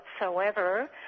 whatsoever